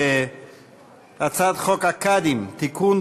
הצעת חוק הקאדים (תיקון,